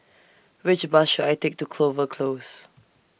Which Bus should I Take to Clover Close